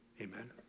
Amen